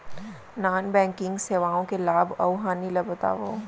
non banking सेवाओं के लाभ अऊ हानि ला बतावव